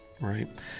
right